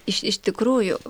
iš iš tikrųjų